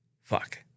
fuck